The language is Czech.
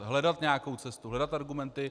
Hledat nějakou cestu, hledat argumenty.